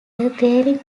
rallying